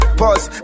pause